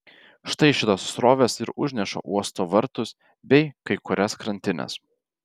štai šitos srovės ir užneša uosto vartus bei kai kurias krantines